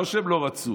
לא שהם לא רצו,